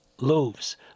loaves